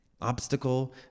Obstacle